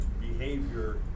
Behavior